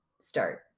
start